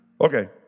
okay